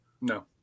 No